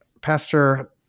Pastor